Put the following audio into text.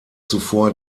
zuvor